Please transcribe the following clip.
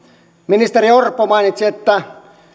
ministeri orpo mainitsi että